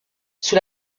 sous